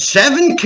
seven